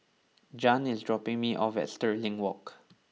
Jann is dropping me off at Stirling Walk